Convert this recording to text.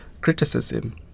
criticism